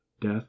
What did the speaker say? death